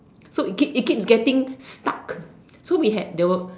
so it keeps it keeps getting stuck so we had the